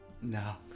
No